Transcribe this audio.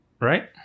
right